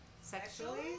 Sexually